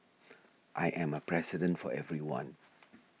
I am a President for everyone